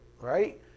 right